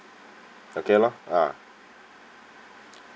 okay lah ah